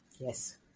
Yes